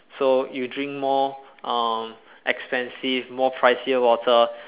so you drink more uh expensive more pricier water